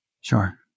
Sure